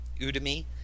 Udemy